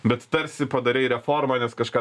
bet tarsi padarei reformą nes kažką